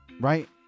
Right